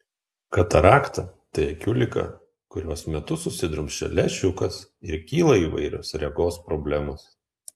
katarakta tai akių liga kurios metu susidrumsčia lęšiukas ir kyla įvairios regos problemos